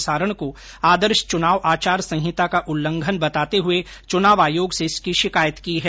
प्रसारण को आदर्श चुनाव आचार संहिता का उल्लंघन बताते हुए चुनाव आयोग से इसकी शिकायत की है